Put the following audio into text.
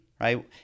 right